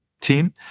team